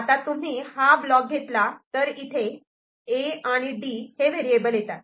आता तुम्ही हा ब्लॉक घेतला तर इथे A आणि D हे व्हेरिएबल येतात